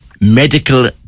medical